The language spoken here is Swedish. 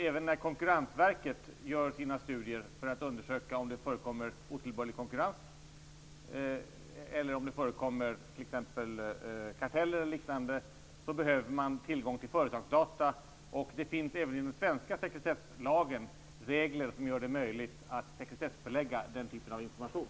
Även när Konkurrensverket gör sina studier för att undersöka om det förekommer otillbörlig konkurrens eller om det förekommer karteller o.d. behöver man ha tillgång till företagsdata. Det finns även i den svenska sekretesslagen regler som gör det möjligt att sekretessbelägga den typen av information.